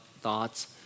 thoughts